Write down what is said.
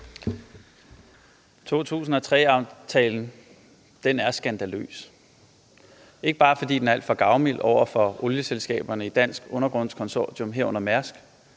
2003-aftalen er skandaløs, ikke bare fordi den er alt for gavmild over for olieselskaberne i Dansk Undergrunds Consortium, herunder Mærsk,